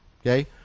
okay